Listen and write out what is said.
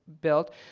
built